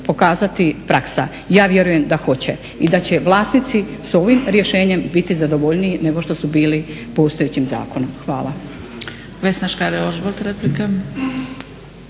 pokazati praksa. Ja vjerujem da hoće i da će vlasnici s ovim rješenjem biti zadovoljniji nego što su bili postojećim zakonom. Hvala.